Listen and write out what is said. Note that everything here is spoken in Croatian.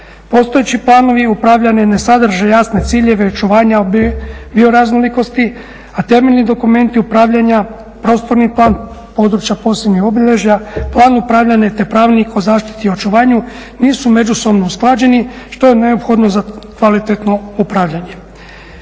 Postojeći planovi upravljanja ne sadrže jasne ciljeve očuvanja bioraznolikosti, a temeljni dokumenti upravljanja prostorni plan područja posebnih obilježja, plan upravljanja te pravilnik o zaštiti i očuvanju nisu međusobno usklađeni što je neophodno za kvalitetno upravljanje.